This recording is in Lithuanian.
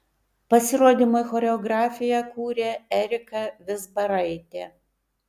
pasirodymui choreografiją kūrė erika vizbaraitė